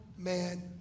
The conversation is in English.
man